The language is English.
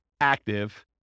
active